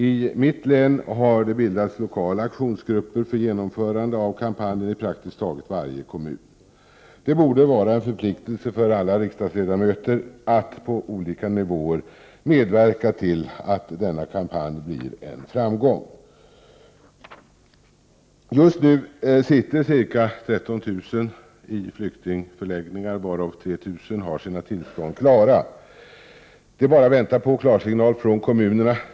I mitt län har det bildats lokala aktionsgrupper i praktiskt taget varje kommun för genomförandet av kampanjen. Det borde vara en förpliktelse för alla riksdagsledamöter att på olika nivåer medverka till att denna kampanj blir en framgång. Just nu sitter ca 13 000 i flyktingförläggningar, varav 3 000 har sina tillstånd klara. De bara väntar på klarsignal ffrån kommunerna.